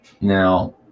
now